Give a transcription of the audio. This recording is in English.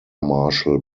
marshal